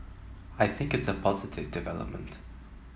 I think it's a positive development